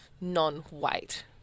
non-white